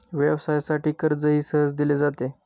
व्यवसायासाठी कर्जही सहज दिले जाते